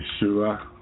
Yeshua